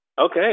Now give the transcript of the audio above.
Okay